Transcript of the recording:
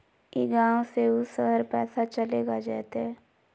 ई गांव से ऊ शहर पैसा चलेगा जयते?